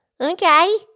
Okay